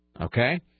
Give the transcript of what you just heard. okay